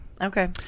Okay